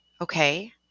Okay